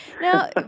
Now